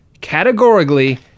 categorically